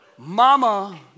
Mama